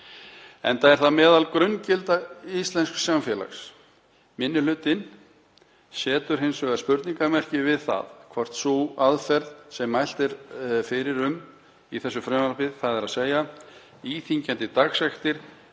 enda er það meðal grunngilda íslensks samfélags. Minni hlutinn setur hins vegar spurningarmerki við það hvort sú aðferð sem mælt er fyrir um í þessu frumvarpi, þ.e. mjög íþyngjandi dagsektir